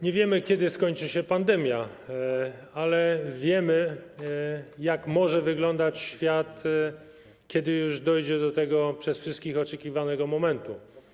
Nie wiemy, kiedy skończy się pandemia, ale wiemy, jak może wyglądać świat, kiedy już nastąpi ten przez wszystkich oczekiwany moment.